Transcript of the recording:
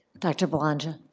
dr. belongia?